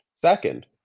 Second